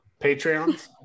Patreons